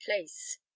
place